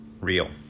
Real